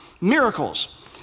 miracles